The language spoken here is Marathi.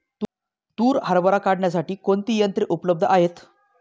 तूर हरभरा काढण्यासाठी कोणती यंत्रे उपलब्ध आहेत?